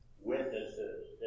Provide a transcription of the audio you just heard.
witnesses